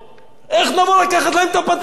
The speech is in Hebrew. איך נבוא לקחת להם את פת הלחם?